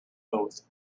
both